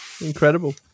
Incredible